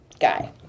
guy